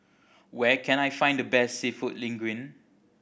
where can I find the best Seafood Linguine